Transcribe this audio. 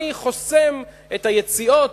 אני חוסם את היציאות,